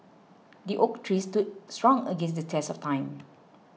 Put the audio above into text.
the oak tree stood strong against the test of time